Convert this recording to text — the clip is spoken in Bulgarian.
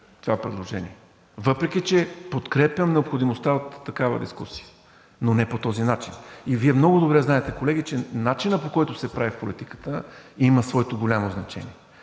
със злоупотреба, въпреки че подкрепям необходимостта от такава дискусия, но не по този начин. И вие много добре знаете, колеги, че начинът, по който се прави в политиката, има своето голямо значение.